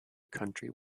country